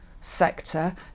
sector